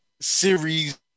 series